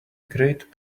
great